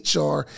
HR